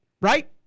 Right